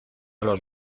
los